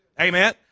Amen